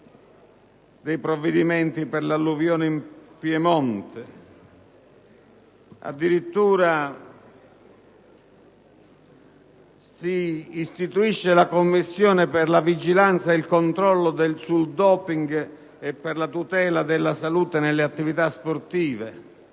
dei provvedimenti per l'alluvione in Piemonte. Addirittura, si istituisce la Commissione per la vigilanza e il controllo sul *doping* e per la tutela della salute nelle attività sportive.